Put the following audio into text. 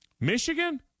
Michigan